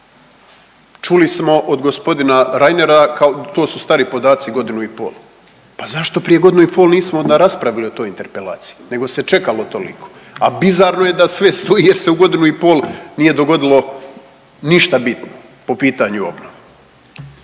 Čuli smo od gospodina Reinera kao to su stari podaci godinu i pol, pa zašto prije godinu i pol nismo onda raspravili o toj interpelaciji nego se čekalo toliko, a bizarno je da sve stoji jer se u godinu i pol nije dogodilo ništa bitno po pitanju obnove.